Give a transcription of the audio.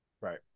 right